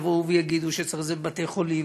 יבואו ויגידו שצריך את זה לבתי-חולים,